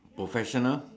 professional